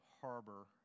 harbor